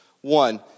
One